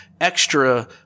extra